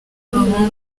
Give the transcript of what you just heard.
abahungu